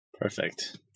Perfect